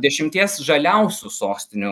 dešimties žaliausių sostinių